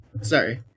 Sorry